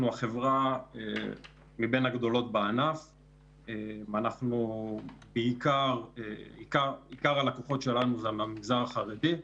אנחנו החברה מבין הגדולות בענף ועיקר הלקוחות שלנו זה מהמגזר החרדי,